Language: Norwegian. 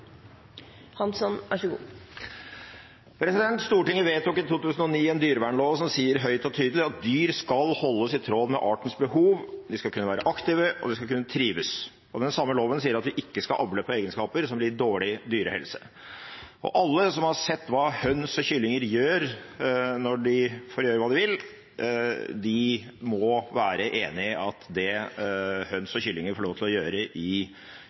Hansen har tatt opp det forslaget hun refererte til. Stortinget vedtok i 2009 en dyrevernlov som sier klart og tydelig at dyr skal holdes i tråd med artens behov, de skal kunne være aktive, og de skal kunne trives. Den samme loven sier at vi ikke skal avle på egenskaper som gir dårlig dyrehelse. Alle som har sett hva høns og kylling gjør når de får gjøre hva de vil, må være enig i at det høns og kylling får lov til å gjøre i